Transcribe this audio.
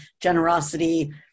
generosity